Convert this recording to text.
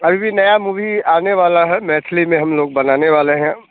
अभी भी नया मूवी आने वाला है मैथिली में हम लोग बनाने वाले हैं